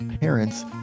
parents